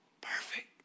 perfect